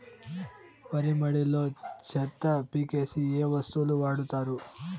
వరి మడిలో చెత్త పీకేకి ఏ వస్తువులు వాడుతారు?